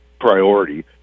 priority